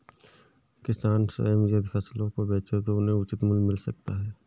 किसान स्वयं यदि फसलों को बेचे तो उन्हें उचित मूल्य मिल सकता है